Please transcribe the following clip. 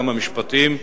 כמה משפטים: